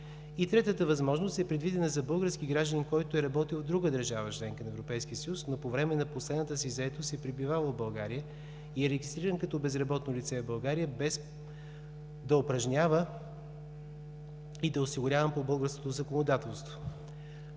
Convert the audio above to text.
Третата възможност е предвидена за български гражданин, който е работил в друга държава – членка на Европейския съюз, но по време на последната си заетост е пребивавал в България и е регистриран като безработно лице в България, без да упражнява и да е осигуряван по българското законодателство,